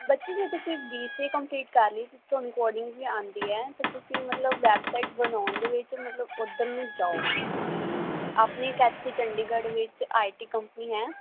ਬੱਚੇ ਜੇ ਤੁਸੀਂ ਬੀ ਸੀ ਏ ਕੰਮਲੀਟ ਕਰ ਲਈ ਤਾਂ ਤੁਹਾਨੂੰ ਕੋਡਿੰਗ ਵੀ ਆਉਂਦੀ ਹੈ ਤਾਂ ਤੁਸੀਂ ਮਤਲਬ ਵੈਬਸਾਈਟ ਬਣਾਉਂਣ ਦੇ ਵਿੱਚ ਮਤਲਬ ਉੱਧਰ ਨੂੰ ਜਾਓ ਆਪਣੇ ਇੱਕ ਇੱਥੇ ਚੰਡੀਗੜ੍ਹ ਵਿੱਚ ਆਈਟੀ ਕੰਪਨੀ ਹੈ